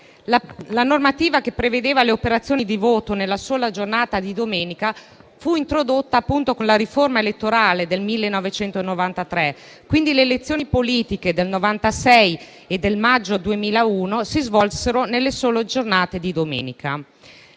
La modifica che prevedeva le operazioni di voto nella sola giornata di domenica fu introdotta, appunto, con la riforma elettorale del 1993; quindi, le elezioni politiche del 1996 e del maggio 2001 si svolsero nella sola giornata di domenica.